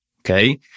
Okay